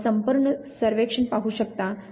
आपण संपूर्ण सर्वेक्षण पाहू शकता